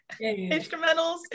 instrumentals